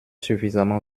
suffisamment